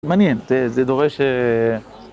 מעניין, זה דורש...